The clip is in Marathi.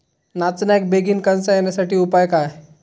नाचण्याक बेगीन कणसा येण्यासाठी उपाय काय?